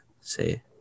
say